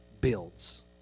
builds